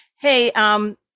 Hey